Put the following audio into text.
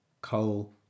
coal